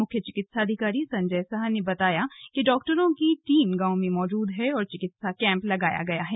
मुख्य चिकित्साधिकारी संजय साह ने बताया कि डॉक्टरों की टीम गांव में मौजूद है और चिकित्सा केँप लगाया गया है